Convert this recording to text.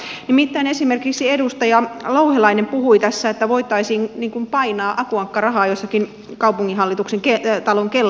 nimittäin kun esimerkiksi edustaja louhelainen puhui tässä että voitaisiin niin kuin painaa aku ankka rahaa jossakin kaupungintalon kellarissa niin eihän se ole mahdollista